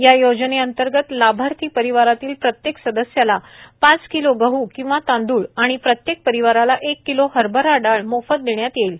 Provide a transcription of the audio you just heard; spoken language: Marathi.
या योजने अंतर्गत लाभार्थी परिवरातील प्रत्येक सदस्याला पाच किलो गह किंवा तांदूळ आणि प्रत्येक परिवाराला एक किलो हरभरा डाळ मोफत देण्यात येईल